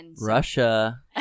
Russia